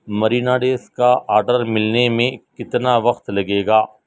Merina ڈیز کا order ملنے میں کتنا وقت لگے گا